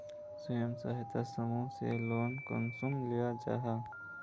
स्वयं सहायता समूह से लोन कुंसम लिया जाहा?